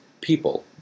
people